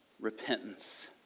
repentance